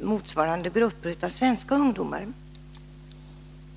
motsvarande grupp svenska ungdomar.